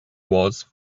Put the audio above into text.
was